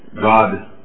God